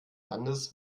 landes